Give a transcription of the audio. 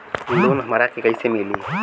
Loan हमरा के कईसे मिली?